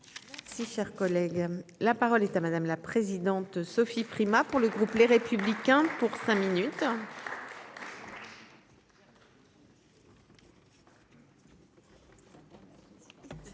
Si cher collègue, la parole est à madame la présidente, Sophie Primas. Pour le groupe Les Républicains pour cinq minutes.